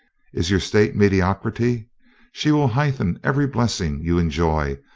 is your state mediocrity she will heighten every blessing you enjoy,